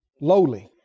Lowly